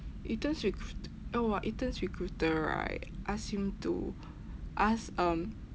ethan's recruiter oh !wah! ethan's recruiter right ask him to ask um